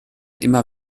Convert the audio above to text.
immer